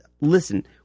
listen